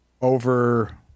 over